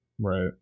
Right